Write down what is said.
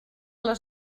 les